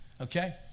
Okay